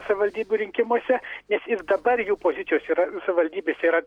savivaldybių rinkimuose nes ir dabar jų pozicijos yra savivaldybėse yra